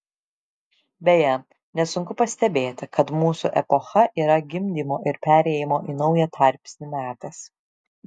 beje nesunku pastebėti kad mūsų epocha yra gimdymo ir perėjimo į naują tarpsnį metas